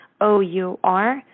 O-U-R